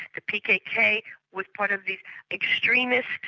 the pkk was part of the extremist,